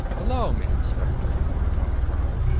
allow me, inspector, went on the colonel,